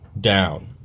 down